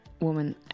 woman